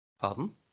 Pardon